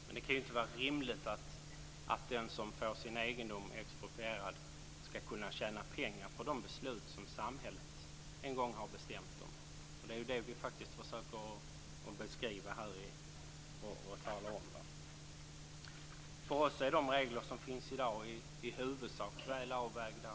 Fru talman! Det kan ju inte vara rimligt att den som får sin egendom exproprierad skall kunna tjäna pengar på de beslut som samhället en gång har fattat. Det är ju det vi faktiskt försöker beskriva och tala om. För oss är de regler som finns i dag i huvudsak väl avvägda.